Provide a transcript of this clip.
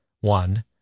one